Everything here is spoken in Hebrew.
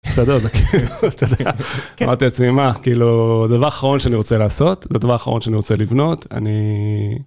אתה יודע, זה כאילו, אמרתי לעצמי מה, כאילו זה הדבר האחרון שאני רוצה לעשות, זה הדבר האחרון שאני רוצה לבנות, אני...